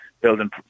building